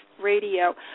radio